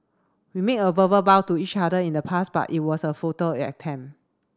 we made a verbal bow to each other in the past but it was a attempt